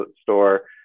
store